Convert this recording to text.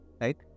right